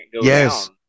yes